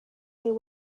near